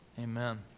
Amen